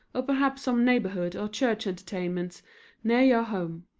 or perhaps some neighborhood or church entertainments near your home.